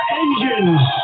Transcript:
engines